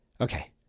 okay